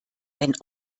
wenn